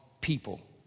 people